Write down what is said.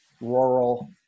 rural